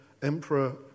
Emperor